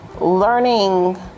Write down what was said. learning